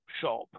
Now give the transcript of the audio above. shop